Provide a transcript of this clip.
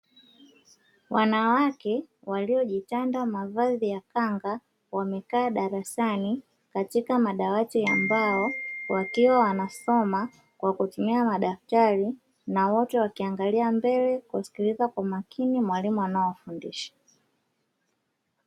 Wanawake waliojitanda mavazi ya kanga wamekaa darasani katika madawati ya mbao, wakiwa wanasoma kwa kutumia madaftari, na wote wakiangalia mbele, kusikiliza kwa makini mwalimu anayewafundisha.